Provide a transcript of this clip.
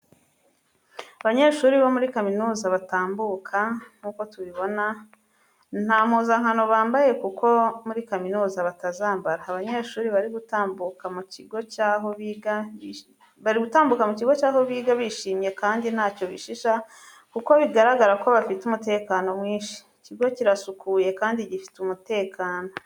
Abanyeshuri bo muri kaminuza batambuka, nk'uko tubibona nta mpuzankano bambaye kuko muri kaminuza batazambara. Abanyeshuri bari gutambuka mu kigo cy'aho biga bishimye kandi ntacyo bishisha kuko bigaragara ko bafite umutekano mwinshi. Ikigo kirasukuye kandi gifite umutekano.